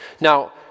Now